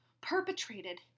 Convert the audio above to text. perpetrated